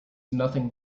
nothing